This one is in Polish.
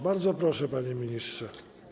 Bardzo proszę, panie ministrze.